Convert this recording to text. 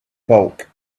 bulk